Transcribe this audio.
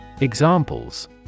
Examples